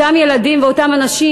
אותם ילדים ואותם אנשים,